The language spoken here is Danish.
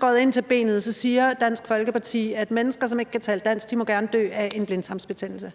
før, så siger Dansk Folkeparti skåret ind til benet, at mennesker, som ikke kan tale dansk, gerne må dø af en blindtarmsbetændelse.